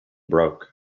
broke